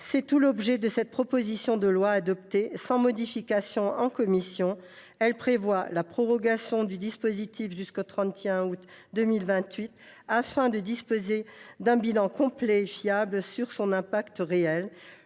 C’est tout l’objet de cette proposition de loi, adoptée sans modification en commission. Elle prévoit la prorogation du dispositif jusqu’au 31 août 2028, afin que nous puissions disposer d’un bilan complet et fiable sur les effets réels